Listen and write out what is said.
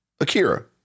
Akira